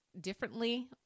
differently